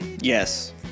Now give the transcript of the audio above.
Yes